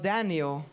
Daniel